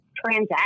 transaction